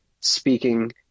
speaking